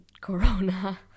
Corona